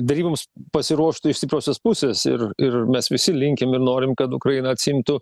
deryboms pasiruoštų iš stipriosios pusės ir ir mes visi linkim ir norim kad ukraina atsiimtų